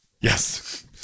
Yes